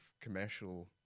commercial